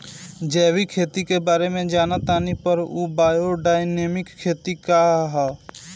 जैविक खेती के बारे जान तानी पर उ बायोडायनमिक खेती का ह?